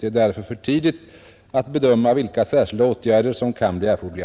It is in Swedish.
Det är därför för tidigt att bedöma vilka särskilda åtgärder som kan bli erforderliga.